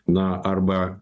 na arba